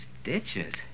Stitches